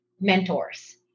mentors